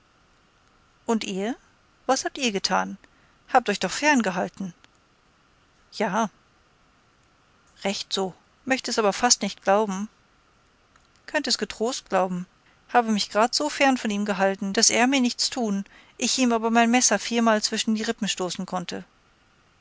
und ihr was habt ihr getan habt euch doch fern gehalten ja recht so möchte es aber fast nicht glauben könnt es getrost glauben habe mich grad so fern von ihm gehalten daß er mir nichts tun ich ihm aber mein messer viermal zwischen die rippen stoßen konnte